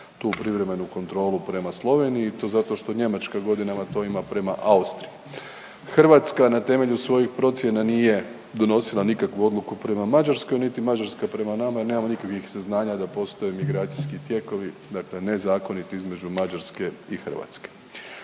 Hrvatska na temelju svojih procjena nije donosila nikakvu odluku prema Mađarskoj niti Mađarska prema nema jer nemamo nikakvih saznanja da postoje migracijski tijekovi, dakle nezakoniti između Mađarske i Hrvatske.